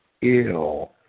ill